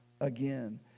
again